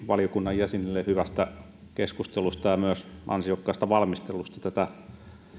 valiokunnan jäsenille hyvästä keskustelusta ja myös ansiokkaasta valmistelusta tätä